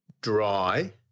dry